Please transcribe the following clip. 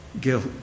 guilt